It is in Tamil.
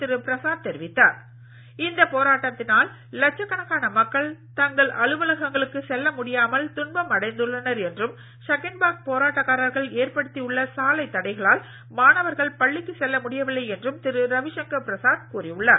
திரு பிரசாத் இந்த போராட்டத்தினால் லட்ச கணக்கான மக்கள் தங்கள் அலுவலகங்களுக்கு செல்ல முடியாமல் துன்பம் அடைந்துள்ளனர் என்றும் ஷகின்பாக் போராட்டக்காரர்கள் ஏற்படுத்தி உள்ள சாலை தடைகளால் மாணவர்கள் பள்ளிக்கு செல்ல முடியவில்லை என்றும் திரு ரவிசங்கர் பிரசாத் கூறி உள்ளார்